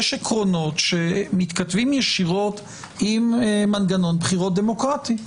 יש עקרונות שמתכתבים ישירות עם מנגנון בחירות דמוקרטי.